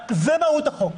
זה מהות החוק.